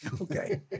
Okay